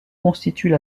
constituent